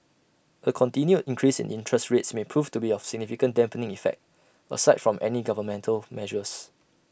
A continued increase in interest rates may prove to be of significant dampening effect aside from any governmental measures